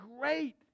great